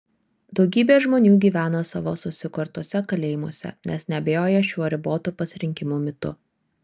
daugybė žmonių gyvena savo susikurtuose kalėjimuose nes neabejoja šiuo ribotų pasirinkimų mitu